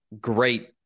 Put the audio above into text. great